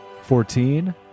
fourteen